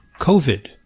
COVID